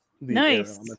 Nice